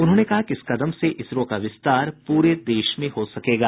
उन्होंने कहा कि इस कदम से इसरो का विस्तार पूरे देश में हो सकेगा